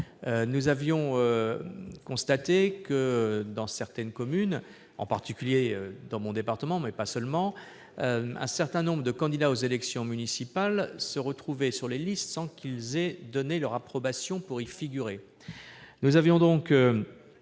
Nous avions alors constaté que, dans certaines communes, en particulier dans mon département, des candidats aux élections municipales se trouvaient sur des listes sans qu'ils aient donné leur approbation pour y figurer.